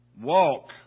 Walk